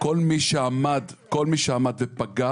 כל מי שעמד ופגע,